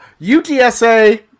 UTSA